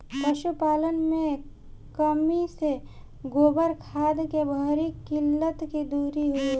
पशुपालन मे कमी से गोबर खाद के भारी किल्लत के दुरी करी?